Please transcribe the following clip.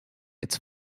its